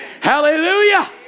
hallelujah